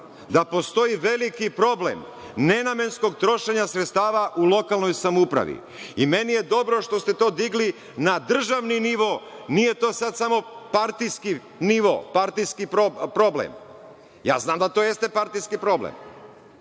da postoji veliki problem nenamenskog trošenja sredstava u lokalnoj samoupravi. Meni je dobro što ste to digli na državni nivo, nije to sad samo partijski nivo, partijski problem. Ja znam da to jeste partijski problem. Vidite,